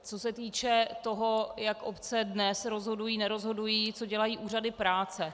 Co se týče toho, jak obce dnes rozhodují, nerozhodují, co dělají úřady práce.